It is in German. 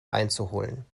einzuholen